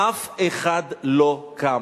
"אף אחד לא קם".